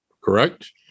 correct